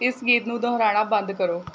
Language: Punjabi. ਇਸ ਗੀਤ ਨੂੰ ਦੁਹਰਾਉਣਾ ਬੰਦ ਕਰੋ